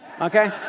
Okay